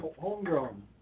Homegrown